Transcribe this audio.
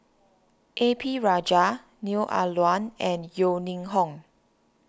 A P Rajah Neo Ah Luan and Yeo Ning Hong